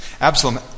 Absalom